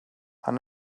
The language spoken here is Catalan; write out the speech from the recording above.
han